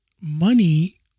money